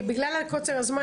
מתוכם שלושה יהודים,